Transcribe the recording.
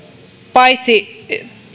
paitsi